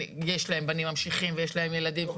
יש להם בנים ממשיכים ויש להם ילדים.